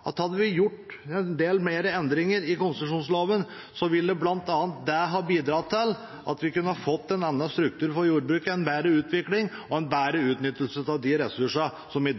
at hadde vi gjort en del flere endringer i konsesjonsloven, ville bl.a. det ha bidratt til at vi kunne ha fått en annen struktur på jordbruket, en bedre utvikling og en bedre utnyttelse av de ressursene